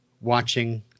watching